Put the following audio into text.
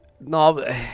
No